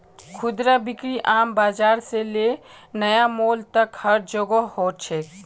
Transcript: खुदरा बिक्री आम बाजार से ले नया मॉल तक हर जोगह हो छेक